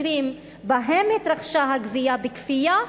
החומרה במקרים שבהם התרחשה הגבייה בכפייה.